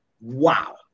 wow